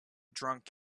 drunk